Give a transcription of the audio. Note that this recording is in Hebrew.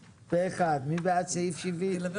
הצבעה סעיף 85(71) אושר מי בעד סעיף 71(א)